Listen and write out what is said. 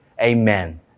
Amen